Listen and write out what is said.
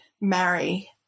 marry